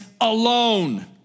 alone